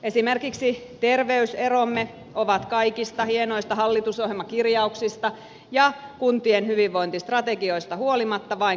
esimerkiksi terveyseromme ovat kaikista hienoista hallitusohjelmakirjauksista ja kuntien hyvinvointistrategioista huolimatta vain kasvaneet